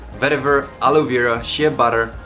vetiver, aloe vera, shea butter,